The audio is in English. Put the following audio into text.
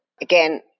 again